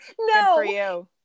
No